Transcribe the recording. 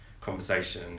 conversation